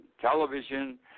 television